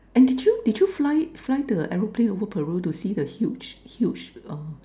and did you did you fly fly the aeroplane over Peru to see the huge huge uh